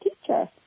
teacher